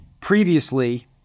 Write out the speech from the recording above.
previously